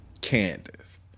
Candace